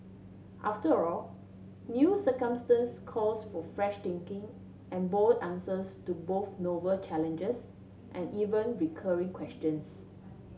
after all new circumstance calls for fresh thinking and bold answers to both novel challenges and even recurring questions